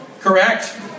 Correct